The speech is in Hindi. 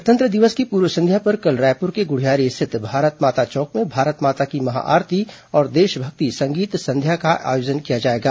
गणतंत्र दिवस की पूर्व संध्या पर कल रायपूर के गुढ़ियारी स्थित भारत माता चौक में भारत माता की महाआरती और देशमक्ति संगीत संध्या का आयोजन किया जाएगा